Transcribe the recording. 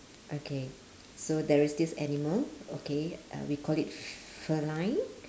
okay so there is this animal okay uh we call it feline